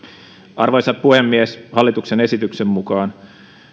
arvoisa puhemies hallituksen esityksen mukaan